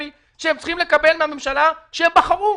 שהם צריכים לקבל מן הממשלה שהם בחרו.